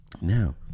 Now